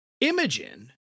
Imogen